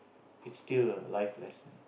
it's still a life lesson